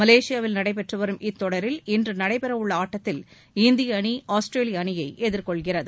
மலேசியாவில் நடைபெற்று வரும் இத்தொடரில் இன்று நடைபெறவுள்ள ஆட்டத்தில் இந்திய அணி ஆஸ்திரேலிய அணியை எதிர்கொள்கிறது